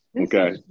Okay